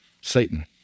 Satan